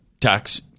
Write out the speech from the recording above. tax